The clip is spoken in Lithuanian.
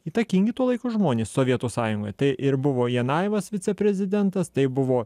įtakingi tų laikų žmonės sovietų sąjungoje tai ir buvo janajevas viceprezidentas tai buvo